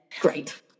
Great